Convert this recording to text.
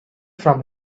from